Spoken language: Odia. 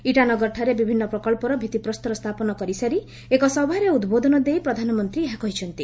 ଇଟାନଗରଠାରେ ବିଭିନ୍ନ ପ୍ରକଳ୍ପର ଭିଭିପ୍ରସ୍ତର ସ୍ଥାପନ କରିସାରି ଏକ ସଭାରେ ଉଦ୍ବୋଧନ ଦେଇ ପ୍ରଧାନମନ୍ତ୍ରୀ ଏହା କହିଛନ୍ତି